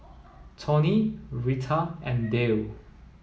Tory Rita and Dale